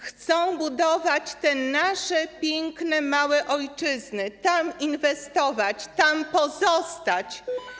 Chcą budować te nasze piękne małe ojczyzny, tam inwestować, tam pozostać.